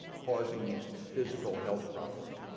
causing these physical health problems